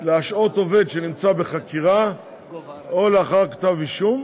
להשעות עובד שנמצא בחקירה או לאחר כתב אישום,